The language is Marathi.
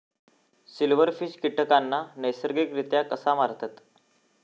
सिल्व्हरफिश कीटकांना नैसर्गिकरित्या कसा मारतत?